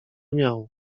miał